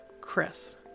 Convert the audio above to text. Chris